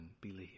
believe